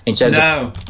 No